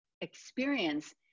experience